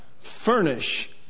furnish